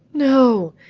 no,